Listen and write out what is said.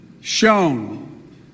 shown